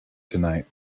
tonight